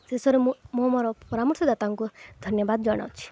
ଶେଷରେ ମୁଁ ମୁଁ ମୋର ପରାମର୍ଶଦାତାଙ୍କୁ ଧନ୍ୟବାଦ ଜଣାଉଛି